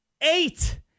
eight